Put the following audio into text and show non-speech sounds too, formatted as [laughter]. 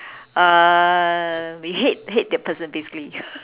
uh we hate hate that person basically [laughs]